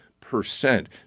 percent